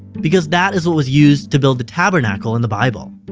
because that is what was used to build the tabernacle in the bible.